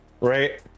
right